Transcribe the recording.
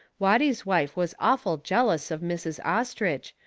watty's wife was awful jealous of mrs. ostrich,